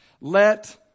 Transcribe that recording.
Let